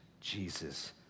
Jesus